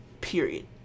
period